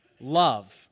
love